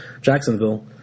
Jacksonville